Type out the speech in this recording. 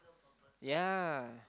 yeah